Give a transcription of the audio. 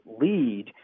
lead